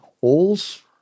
holes